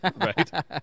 Right